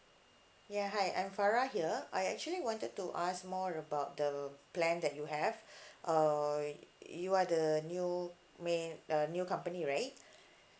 ya hi I'm farah here I actually wanted to ask more about the plan that you have err you are the new may uh new company right